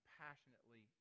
passionately